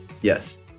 Yes